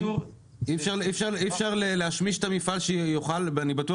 אי אפשר להשמיש את המפעל שיוכל אני בטוח